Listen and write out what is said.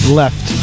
left